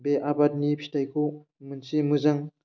बे आबादनि फिथाइखौ मोनसे मोजां